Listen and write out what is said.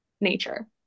nature